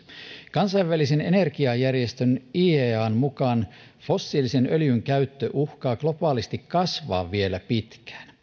kansainvälisen energiajärjestön iean mukaan fossiilisen öljyn käyttö uhkaa globaalisti kasvaa vielä pitkään